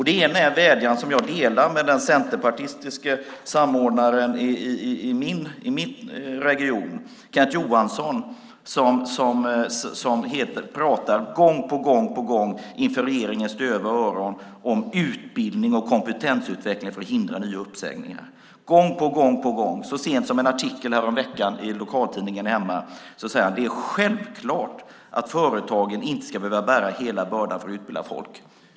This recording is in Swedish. Det ena är en vädjan som jag delar med den centerpartistiske samordnaren i min region, Kenneth Johansson, som gång på gång pratar inför regeringens döva öron om utbildning och kompetensutveckling för att hindra nya uppsägningar. Gång på gång, så sent som i en artikel häromveckan i lokaltidningen hemma säger han: Det är självklart att företagen inte ska behöva bära hela bördan för att utbilda folk.